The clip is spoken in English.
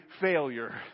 failure